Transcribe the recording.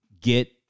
Get